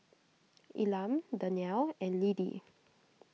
Elam Dannielle and Lidie